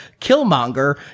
Killmonger